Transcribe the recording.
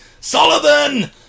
Sullivan